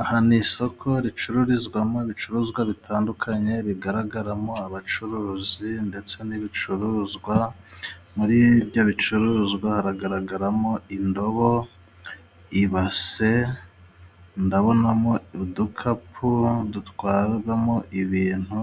Aha ni isoko ricururizwamo ibicuruzwa bitandukanye, rigaragaramo abacuruzi ndetse n'ibicuruzwa. Muri ibyo bicuruzwa hagaragaramo indobo, ibase. Ndabonamo udukapu dutwaramo ibintu,